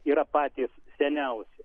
yra patys seniausi